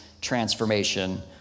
transformation